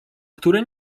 które